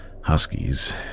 huskies